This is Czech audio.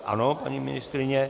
Ano, paní ministryně.